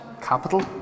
capital